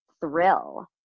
thrill